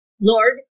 Lord